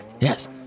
Yes